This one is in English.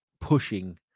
pushing